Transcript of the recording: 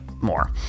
more